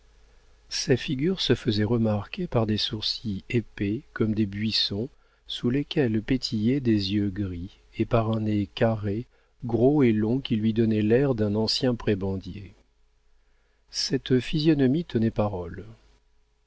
sa figure se faisait remarquer par des sourcils épais comme des buissons sous lesquels petillaient des yeux gris et par un nez carré gros et long qui lui donnait l'air d'un ancien prébendier cette physionomie tenait parole